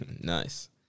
Nice